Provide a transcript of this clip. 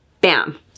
bam